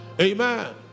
Amen